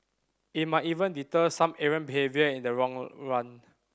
it might even deter some errant behaviour in the long run